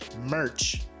merch